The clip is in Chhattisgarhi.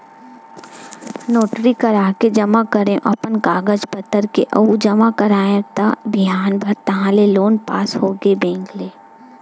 नोटरी कराके जमा करेंव अपन कागज पतर के अउ जमा कराएव त बिहान भर ताहले लोन पास होगे बेंक ले